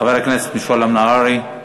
חבר הכנסת משולם נהרי,